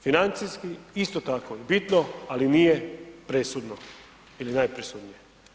Financijski isto tako je bitno, ali nije presudno ili najpresudnije.